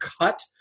cut